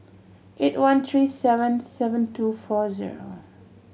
eight one three seven seven two four zero